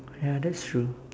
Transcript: oh ya that's true